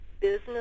business